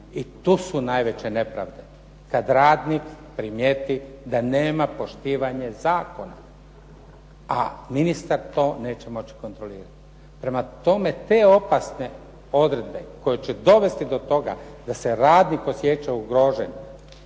i tu su najveće nepravde, kad radnik primijeti da nema poštivanja zakona, a ministar to neće moći kontrolirati. Prema tome, te opasne odredbe koje će dovesti do toga da se radnik osjeća ugrožen